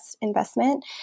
investment